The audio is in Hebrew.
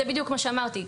זה בדיוק מה שאמרתי.